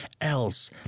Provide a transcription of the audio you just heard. else